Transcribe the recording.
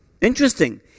Interesting